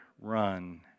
run